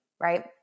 right